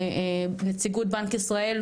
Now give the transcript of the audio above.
נציגות בנק ישראל,